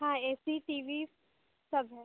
हाँ A C T V सब है